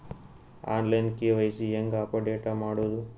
On line KYC ಹೇಂಗ update ಮಾಡೋದು?